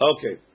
Okay